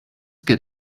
get